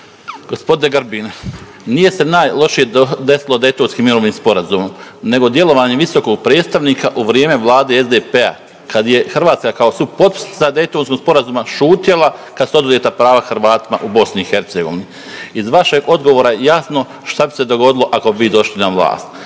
Gospodine Grbin nije se najlošije desilo Daytonski mirovni sporazum nego djelovanje visokog predstavnika u vrijeme Vlade SDP-a, kad je Hrvatska kao supotpisnica Daytonskog sporazuma šutjela kad su oduzeta prava Hrvatima u BIH. Iz vašeg je odgovora jasno šta bi se dogodilo ako bi vi došli na vlast.